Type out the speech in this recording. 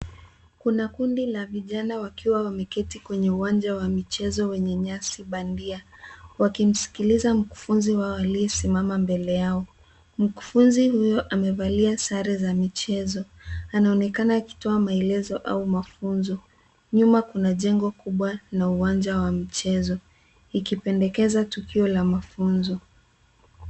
Kuna kundi la vijana wakiwa wameketi kwenye uwanja wa michezo wenye nyasi bandia wakimsikiliza mkufunzi wao aliyesimama mbele yao. Mkufunzi huyo amevalia sare za michezo. Anaonekana akitoa maelezo au mafunzo. Nyuma kuna jengo kubwa na uwanja wa mchezo ikipendekeza tukio la mafunzo.